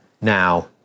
now